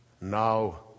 now